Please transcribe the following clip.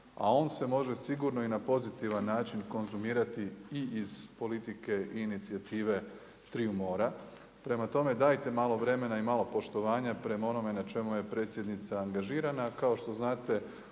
A on se može sigurno i na pozitivan način konzumirati i iz politike i inicijative triju mora. Prema tome dajte malo vremena i malo poštovanja prema onome na čemu je predsjednica angažirana.